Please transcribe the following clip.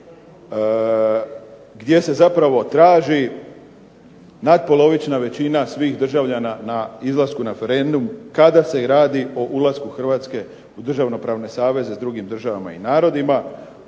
gdje se zapravo traži natpolovična većina svih državljana na izlasku na referendum kada se i radi o ulasku Hrvatske u državnopravne saveze s drugim državama i narodima.